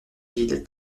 ville